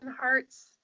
hearts